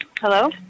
Hello